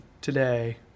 today